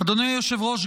אדוני היושב-ראש,